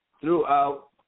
throughout